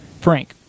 Frank